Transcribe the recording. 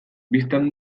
bistan